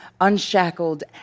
unshackled